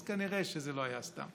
אז כנראה זה לא היה סתם.